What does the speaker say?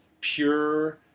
pure